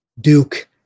Duke